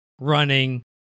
running